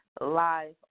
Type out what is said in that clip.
live